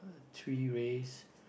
uh three rays